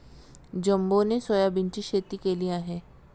जंबोने सोयाबीनची शेती केली आहे